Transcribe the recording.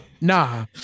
nah